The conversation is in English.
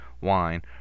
wine